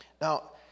Now